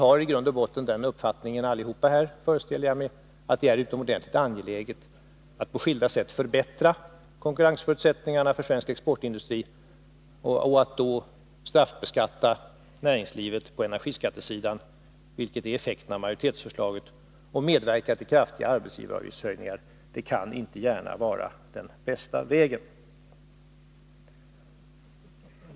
Jag föreställer mig att vi i grund och botten alla har den uppfattningen att det är utomordentligt angeläget att på skilda sätt förbättra konkurrensförutsättningarna för svensk exportindustri. Att då straffbeskatta näringslivet på energiskattesidan, vilket är effekten av majoritetsförslaget, och medverka till kraftiga höjningar av arbetsgivaravgifterna kan inte gärna vara den bästa vägen.